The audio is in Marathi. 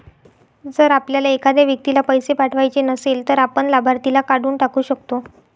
जर आपल्याला एखाद्या व्यक्तीला पैसे पाठवायचे नसेल, तर आपण लाभार्थीला काढून टाकू शकतो